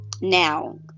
Now